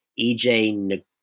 EJ